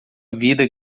vida